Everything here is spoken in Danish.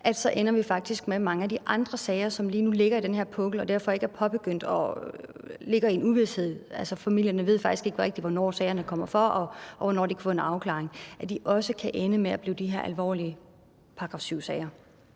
sag, så ender vi faktisk med, at mange af de andre sager, som lige nu ligger i den her pukkel og derfor ikke er påbegyndt og ligger i uvished – altså, familierne ved faktisk ikke rigtig, hvornår sagerne kommer for, og hvornår de kan få en afklaring – også kan ende med at blive til de her alvorlige § 7-sager.